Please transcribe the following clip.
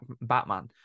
Batman